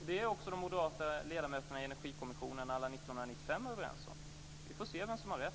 och det är också de moderata ledamöterna i Energikommissionen à la 1995 överens om. Vi får se vem som har rätt.